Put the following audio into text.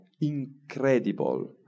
incredible